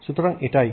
সুতরাং এটাই